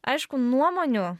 aišku nuomonių